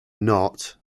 not